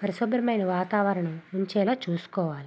పరిశుభ్రమైన వాతావరణం ఉంచేలా చూస్కోవాలి